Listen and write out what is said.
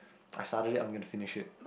I started it I'm gonna finish it